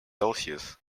celsius